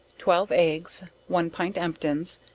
twelve eggs, one pint emptins,